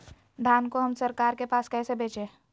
धान को हम सरकार के पास कैसे बेंचे?